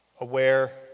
aware